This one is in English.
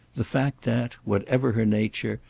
the fact that, whatever her nature,